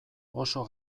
oso